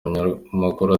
umunyamakuru